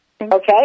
Okay